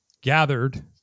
gathered